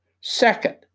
Second